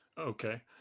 Okay